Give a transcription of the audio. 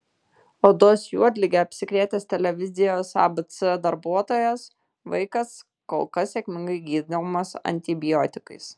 odos juodlige apsikrėtęs televizijos abc darbuotojos vaikas kol kas sėkmingai gydomas antibiotikais